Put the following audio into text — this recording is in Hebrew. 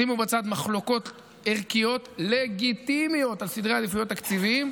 שימו בצד מחלוקות ערכיות לגיטימיות על סדרי עדיפויות תקציביים.